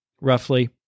roughly